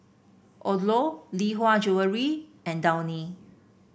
Odlo Lee Hwa Jewellery and Downy